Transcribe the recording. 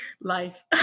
life